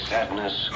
sadness